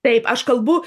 taip aš kalbu